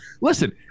Listen